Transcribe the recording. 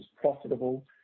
profitable